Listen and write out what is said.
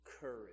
courage